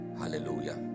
hallelujah